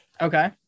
Okay